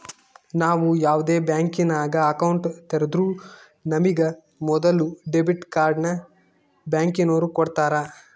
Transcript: ನಾವು ಯಾವ್ದೇ ಬ್ಯಾಂಕಿನಾಗ ಅಕೌಂಟ್ ತೆರುದ್ರೂ ನಮಿಗೆ ಮೊದುಲು ಡೆಬಿಟ್ ಕಾರ್ಡ್ನ ಬ್ಯಾಂಕಿನೋರು ಕೊಡ್ತಾರ